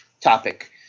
topic